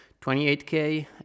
28k